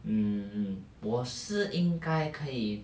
mm 我是应该可以